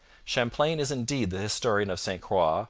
champlain is indeed the historian of st croix,